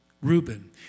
Reuben